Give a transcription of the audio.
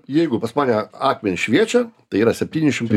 jeigu pas mane akmenys šviečia tai yra septyni šimtai